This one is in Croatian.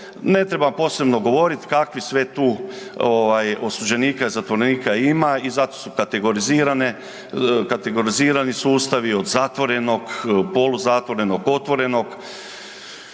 ne treba posebno govoriti kakvi sve tu osuđenika i zatvorenika ima i zato su kategorizirani sustavi, od zatvorenog, poluzatvorenog, otvorenog,